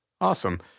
Awesome